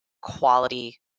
quality